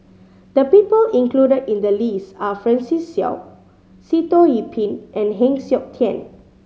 the people included in the list are Francis Seow Sitoh Yih Pin and Heng Siok Tian